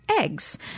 eggs